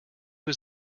was